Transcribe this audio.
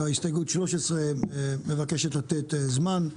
הסתייגות 13 מבקשת לתת זמן,